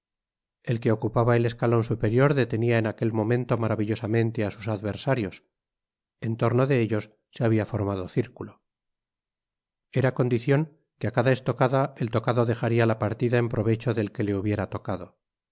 el que ocupaba el escalon superior detenia en aquel momento maravillosamente á sus adversarios en torno de ellos se habia formado circulo era condicion que á cada estocada el tocado dejaria la partida en provecho del que le hubiera tocado